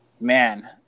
man